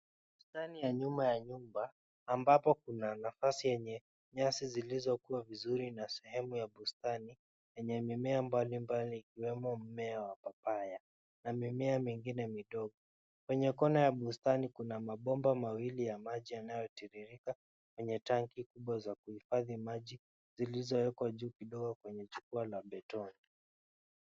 Ndani ya nyuma ya nyumba ambapo kuna nafasi yenye nyasi iliyokua vizuri na sehemu ya bustani yenye mimea mbalimbali ikiwemo mmea wa papaya na mimea mingine midogo. Kwenye kona ya bustani kuna mabomba mawili ya maji yanayotiririka kwenye tanki kubwa za kuhifadhi maji zilizowekwa juu kidogo kwenye jukwaa la beto.